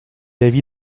l’avis